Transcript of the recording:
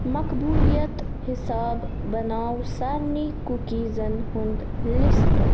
مقبولیت حساب بناو سارنی کُکیٖزن ہُنٛد لسٹ